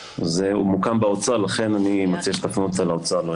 זה מוקם באוצר לכן אני מציע שתפנו את זה לאוצר.